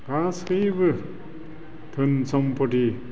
गासैबो धोन सम्फथि